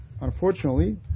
Unfortunately